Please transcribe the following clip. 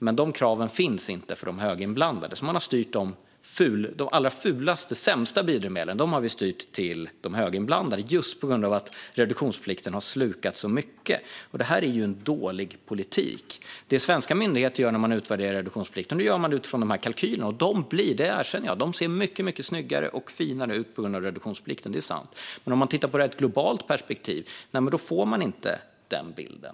Men de kraven finns inte för de höginblandade. Man har styrt de allra fulaste, de sämsta biodrivmedlen, till de höginblandade just på grund av att reduktionsplikten har slukat så mycket. Det är en dålig politik. Det svenska myndigheter gör när de utvärderar reduktionsplikten är att de gör det utifrån kalkylerna. Jag erkänner att de ser mycket snyggare och finare ut på grund av reduktionsplikten. Det är sant. Men om man tittar på det ur ett globalt perspektiv får man inte den bilden.